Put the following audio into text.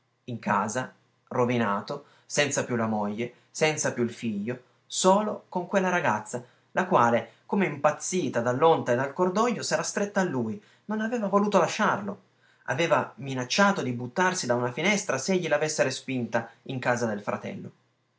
in casa rovinato senza più la moglie senza più il figlio solo con quella ragazza la quale come impazzita dall'onta e dal cordoglio s'era stretta a lui non aveva voluto lasciarlo aveva minacciato di buttarsi da una finestra s'egli la avesse respinta in casa del fratello